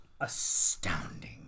astounding